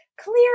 clear